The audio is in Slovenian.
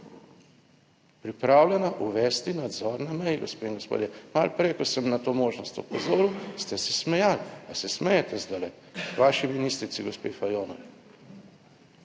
Pripravljena uvesti nadzor na meji, gospe in gospodje. Malo prej, ko sem na to možnost opozoril, ste se smejali, pa se smejete zdaj vaši ministrici gospe Fajonovi.